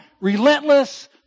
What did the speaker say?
Relentless